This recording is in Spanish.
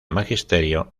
magisterio